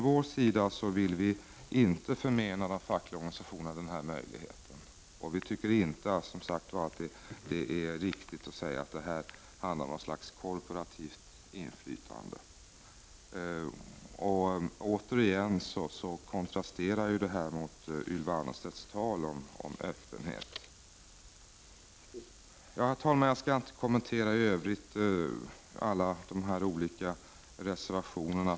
Vi vill dock inte förmena de fackliga organisationerna den här möjligheten. Vi tycker inte, som sagt, att det är riktigt att säga att det här handlar om ett slags korporativt inflytande. Det här kontrasterar också mot Ylva Annerstedts tal om öppenhet. Herr talman! Jag skall inte i övrigt kommentera de olika reservationerna.